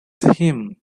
him